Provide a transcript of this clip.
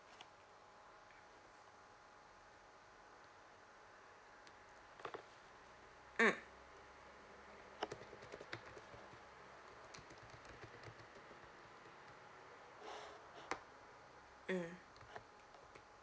mm mm